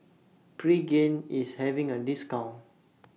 Pregain IS having A discount